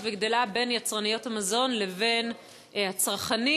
וגדלה בין יצרניות המזון לבין הצרכנים,